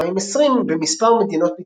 2020 במספר מדינות מתנדנדות,